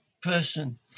person